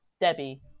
Debbie